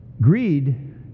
greed